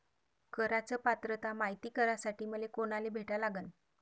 कराच पात्रता मायती करासाठी मले कोनाले भेटा लागन?